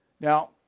Now